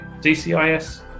DCIS